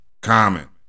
common